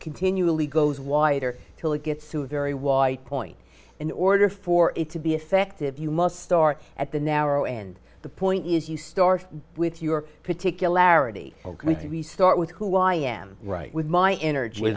continually goes wider till it gets to a very white point in order for it to be effective you must start at the narrow and the point is you store with your particularity we can we start with who i am right with my energy